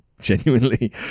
Genuinely